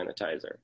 sanitizer